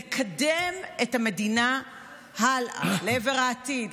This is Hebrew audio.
לקדם את המדינה הלאה לעבר העתיד,